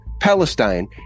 Palestine